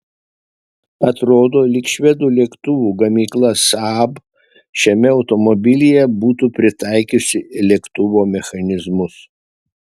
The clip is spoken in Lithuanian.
atrodo lyg švedų lėktuvų gamykla saab šiame automobilyje būtų pritaikiusi lėktuvo mechanizmus